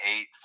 eight